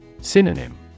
Synonym